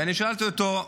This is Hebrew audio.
ואני שאלתי אותו: